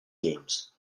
games